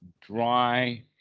dry